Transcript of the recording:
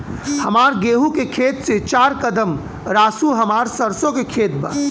हमार गेहू के खेत से चार कदम रासु हमार सरसों के खेत बा